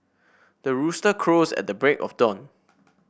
the rooster crows at the break of dawn